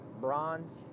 bronze